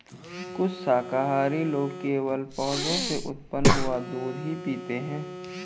कुछ शाकाहारी लोग केवल पौधों से उत्पन्न हुआ दूध ही पीते हैं